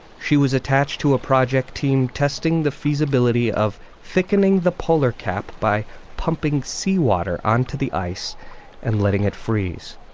she was attached to a project team testing the feasibility of thickening the polar cap by pumping seawater onto the ice and letting it freeze.